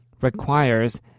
requires